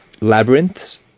Labyrinth's